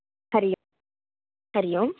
Hari Hari Om